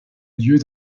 lieu